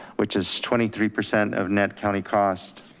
which is twenty three percent of net county cost.